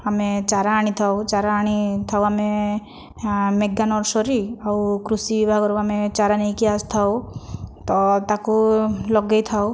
ଆମେ ଚାରା ଆଣିଥାଉ ଚାରା ଆଣିଥାଉ ଆମେ ମେଗା ନର୍ସରୀ ଆଉ କୃଷି ବିଭାଗରୁ ଆମେ ଚାରା ନେଇକି ଆସିଥାଉ ତ ତାକୁ ଲଗାଇଥାଉ